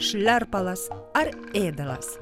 šlerpalas ar ėdalas